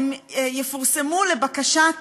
הם יפורסמו לבקשת